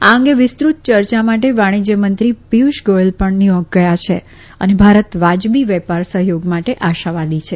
આ અંગે વિસ્તૃત ચર્ચા માટે વાણીજયમંત્રી પિયુષ ગોયલ પણ ન્યુયોર્ક ગયા છે અને ભારત વાજબી વેપાર સહયોગ માટે આશાવાદી છે